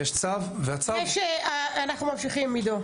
אנחנו ממשיכים, עידו.